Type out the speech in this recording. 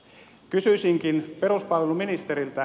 kysyisikin peruspalveluministeriltä